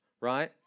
right